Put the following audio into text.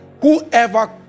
Whoever